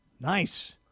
Nice